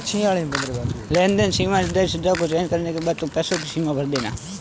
लेनदेन सीमा निर्धारित सुझाव को चयन करने के बाद तुम पैसों की सीमा भर देना